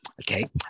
Okay